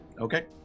Okay